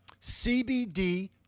CBD